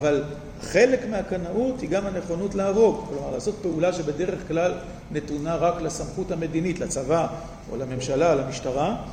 אבל חלק מהקנאות היא גם הנכונות להרוג, כלומר לעשות פעולה שבדרך כלל נתונה רק לסמכות המדינית, לצבא או לממשלה או למשטרה